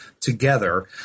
together